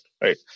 right